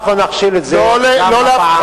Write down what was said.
אנחנו נכשיל את זה, גם הפעם.